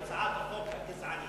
הצעת חוק גזענית